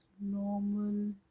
normal